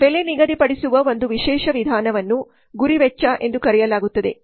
ಬೆಲೆ ನಿಗದಿಪಡಿಸುವ ಒಂದು ವಿಶೇಷ ವಿಧಾನವನ್ನು ಗುರಿ ವೆಚ್ಚ ಎಂದು ಕರೆಯಲಾಗುತ್ತದೆ